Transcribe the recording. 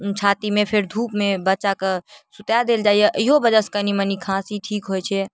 छातीमे फेर धूपमे बच्चाके सुता देल जाइए इहो वजहसँ कनी मनी खाँसी ठीक होइ छै